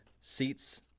seats